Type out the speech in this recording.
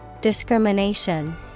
Discrimination